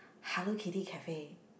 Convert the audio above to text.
Hello Kitty cafe